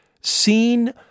seen